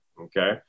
Okay